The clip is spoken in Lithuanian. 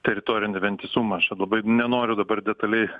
teritorinį vientisumą aš čia labai nenoriu dabar detaliai